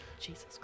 Jesus